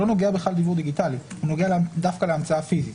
כלל לא נוגע לדיוור דיגיטלי אלא נוגע דווקא להמצאה פיזית.